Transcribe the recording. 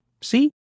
See